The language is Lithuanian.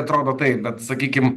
atrodo taip bet sakykim